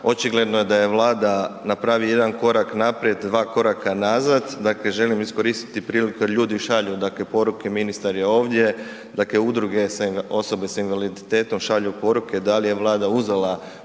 Očigledno je da je Vlada, napravi jedan korak naprijed, dva koraka nazad, dakle želim iskoristiti priliku jer ljudi šalju dakle poruke, ministar je ovdje. Dakle, udruge, osobe sa invaliditetom šalju poruke da li je Vlada uzela